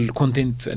content